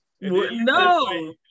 No